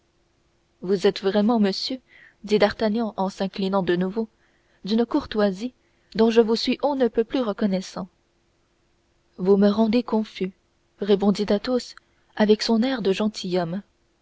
vous êtes vraiment monsieur dit d'artagnan en s'inclinant de nouveau d'une courtoisie dont je vous suis on ne peut plus reconnaissant vous me rendez confus répondit athos avec son air de gentilhomme